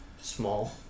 Small